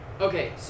Okay